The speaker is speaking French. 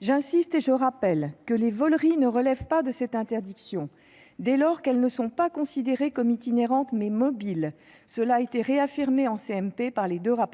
Je veux insister sur un point : les voleries ne relèvent pas de cette interdiction dès lors qu'elles ne sont pas considérées comme itinérantes, mais mobiles. Cela a été réaffirmé en commission mixte paritaire